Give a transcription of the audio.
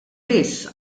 biss